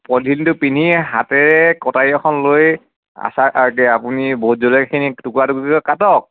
পলিথিনটো পিন্ধি হাতেৰে কটাৰী এখন লৈ আচাৰ আপুনি ভোট জলকীয়াখিনি টুকুৰা টুকুৰিকৈ কাটক